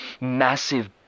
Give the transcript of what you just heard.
massive